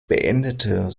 beendete